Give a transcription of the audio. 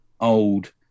old